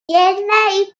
என்ன